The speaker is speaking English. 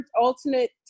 alternate